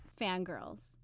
fangirls